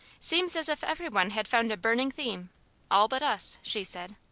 seems as if every one had found a burning theme' all but us! she said.